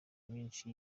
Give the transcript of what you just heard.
myinshi